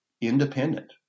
independent